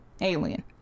Alien